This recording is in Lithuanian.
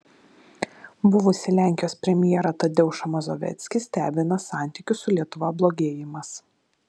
buvusį lenkijos premjerą tadeušą mazoveckį stebina santykių su lietuva blogėjimas